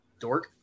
dork